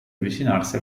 avvicinarsi